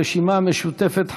של הרשימה המשותפת,